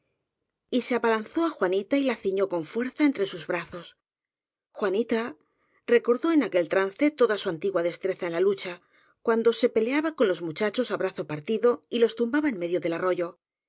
se abalanzó á juanita y la ciñó con fuerza en tre sus brazos juanita recordó en aquel trance toda su antigua destreza en la lucha cuando se peleaba con los muchachos á brazo partidoylos tumbaba en medio del arroyo